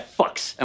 fucks